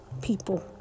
people